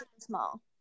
small